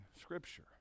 Scripture